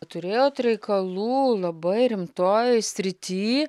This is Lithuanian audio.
turėjot reikalų labai rimtoj srity